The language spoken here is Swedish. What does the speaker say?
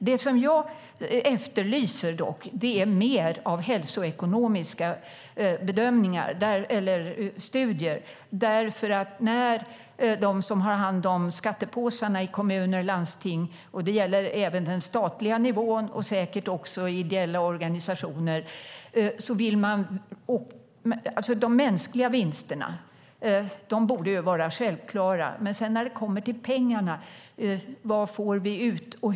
Det jag dock efterlyser är mer av hälsoekonomiska studier, för dem som har hand om skattepåsarna i kommuner och landsting, och det gäller även den statliga nivån och säkert också ideella organisationer. De mänskliga vinsterna borde vara självklara. Men när det kommer till pengarna är frågan: Vad får vi ut?